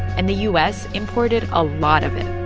and the u s. imported a lot of it.